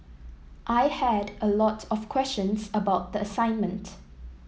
I had a lot of questions about the assignment